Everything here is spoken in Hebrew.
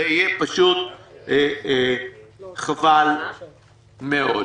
זה יהיה פשוט חבל מאוד.